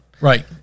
Right